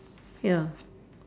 ya